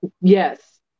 Yes